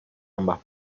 ambas